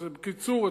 בקיצור,